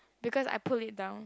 because I pulled it down